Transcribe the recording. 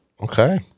Okay